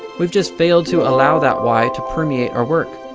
we've just failed to allow that y to permeate our work.